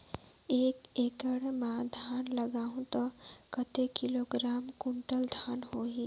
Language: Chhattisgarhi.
एक एकड़ मां धान लगाहु ता कतेक किलोग्राम कुंटल धान होही?